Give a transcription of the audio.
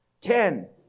Ten